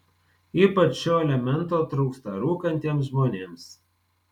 ypač šio elemento trūksta rūkantiems žmonėms